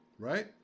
right